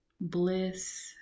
bliss